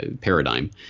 paradigm